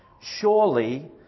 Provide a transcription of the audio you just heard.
Surely